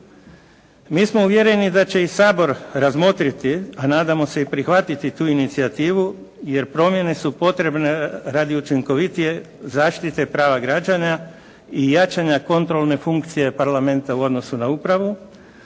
Mi smo uvjereni da će i Sabor razmotriti, a nadamo se i prihvatiti tu inicijativu jer promjene su potrebne radi učinkovitije zaštite prava građana i jačanja kontrolne funkcije parlamenta u odnosu na upravu,